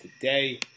today